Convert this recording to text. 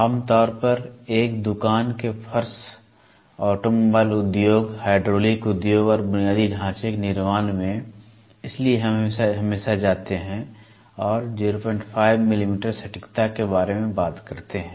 आम तौर पर एक दुकान के फर्श ऑटोमोबाइल उद्योग हाइड्रोलिक उद्योग और बुनियादी ढांचे के निर्माण में इसलिए हम हमेशा जाते हैं और 05 मिमी सटीकता के बारे में बात करते हैं